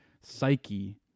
psyche